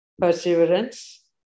perseverance